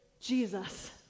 Jesus